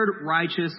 righteous